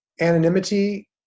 Anonymity